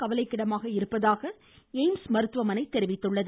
கவலைக்கிடமாக இருப்பதாக எய்ம்ஸ் மருத்துவமனை தெரிவித்துள்ளது